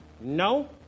No